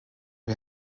wir